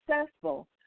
successful